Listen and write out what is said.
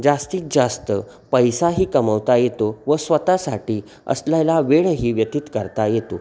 जास्तीत जास्त पैसाही कमवता येतो व स्वतःसाठी असलेला वेळही व्यतीत करता येतो